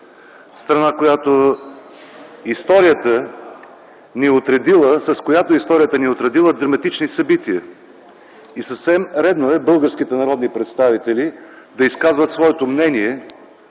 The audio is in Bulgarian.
страна, с която историята ни е отредила драматични събития. И съвсем редно е българските народни представители да изказват своето мнение